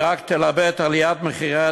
היא רק תלבה את עליית מחירי הדיור,